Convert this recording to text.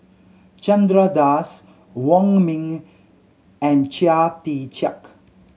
Chandra Das Wong Ming and Chia Tee Chiak